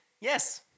Yes